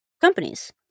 companies